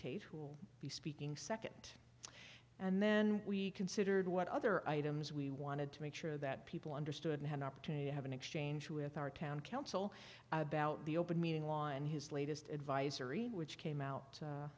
who'll be speaking nd and then we considered what other items we wanted to make sure that people understood and had an opportunity to have an exchange with our town council about the open meeting law and his latest advisory which came out